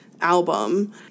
album